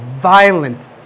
violent